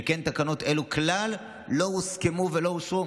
שכן תקנות אלו כלל לא הוסכמו ולא אושרו.